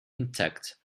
intact